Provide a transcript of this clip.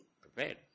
Prepared